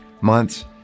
months